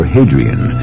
Hadrian